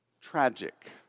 tragic